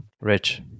Rich